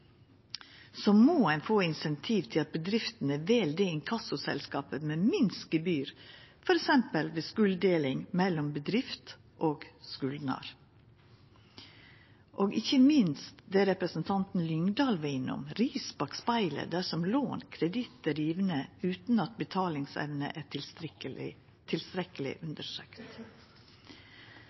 så må ein få incentiv til at bedriftene vel det inkassoselskapet som har minst gebyr, f.eks. ved skulddeling mellom bedrift og skuldnar – og ikkje minst det representanten Lyngedal var innom: ris bak spegelen dersom lån, kreditt, vert gjeve utan at betalingsevna er tilstrekkeleg